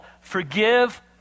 Forgive